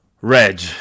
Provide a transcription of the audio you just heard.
Reg